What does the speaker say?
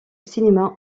cinéma